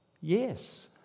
Yes